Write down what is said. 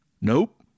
Nope